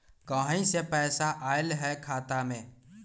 कहीं से पैसा आएल हैं खाता में?